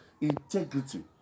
Integrity